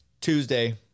Tuesday